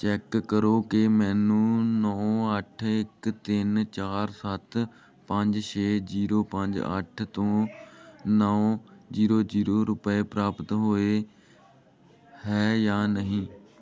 check ਕਰੋ ਕਿ ਮੈਨੂੰ ਨੌ ਅੱਠ ਇੱਕ ਤਿੰਨ ਚਾਰ ਸੱਤ ਪੰਜ ਛੇ ਜੀਰੋ ਪੰਜ ਅੱਠ ਤੋਂ ਨੌ ਜੀਰੋ ਜੀਰੋ ਰੁਪਏ ਪ੍ਰਾਪਤ ਹੋਏ ਹੈ ਜਾਂ ਨਹੀਂ